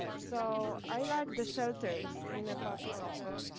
ah so i like the shelters in the back of the,